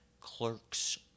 Clerks